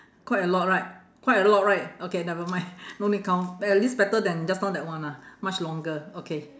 quite a lot right quite a lot right okay never mind no need count but at least better than just now that one ah much longer okay